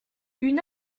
une